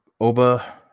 Oba